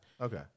Okay